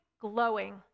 glowing